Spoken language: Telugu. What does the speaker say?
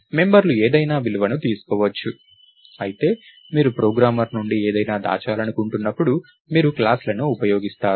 మెంబర్లు ఏదైనా విలువను తీసుకోవచ్చు అయితే మీరు ప్రోగ్రామర్ నుండి ఏదైనా దాచాలనుకున్నప్పుడు మీరు క్లాస్ లను ఉపయోగిస్తారు